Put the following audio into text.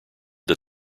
that